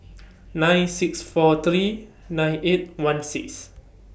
nine six four three nine eight one six